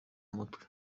mutwe